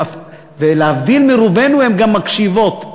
ולהבדיל מרובנו הן גם מקשיבות,